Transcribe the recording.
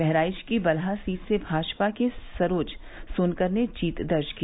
बहराइच की बलहा सीट से भाजपा के सरोज सोनकर ने जीत दर्ज की